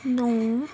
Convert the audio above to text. ਨੂੰ